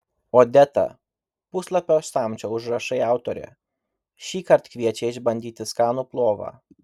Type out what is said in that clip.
odeta puslapio samčio užrašai autorė šįkart kviečia išbandyti skanų plovą